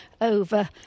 over